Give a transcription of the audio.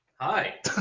Hi